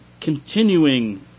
continuing